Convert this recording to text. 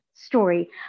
story